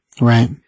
Right